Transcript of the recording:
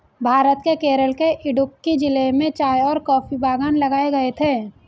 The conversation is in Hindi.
भारत के केरल के इडुक्की जिले में चाय और कॉफी बागान लगाए गए थे